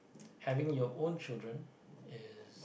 having your own children is